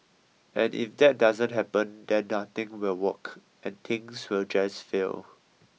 and if that doesn't happen then nothing will work and things will just fail